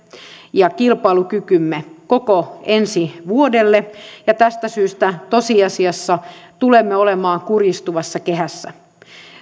ja kilpailukykymme koko ensi vuodelle ja tästä syystä tosiasiassa tulemme olemaan kurjistuvassa kehässä